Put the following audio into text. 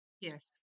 yes